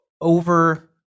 Over